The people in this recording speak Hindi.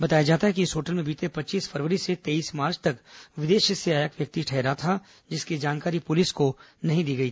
बताया जाता है कि इस होटल में बीते पच्चीस फरवरी से तेईस मार्च तक विदेश से आया व्यक्ति ठहरा था जिसकी जानकारी पुलिस को नहीं दी गई